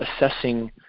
assessing